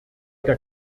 der